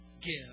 give